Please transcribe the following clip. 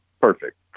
Perfect